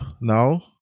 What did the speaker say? now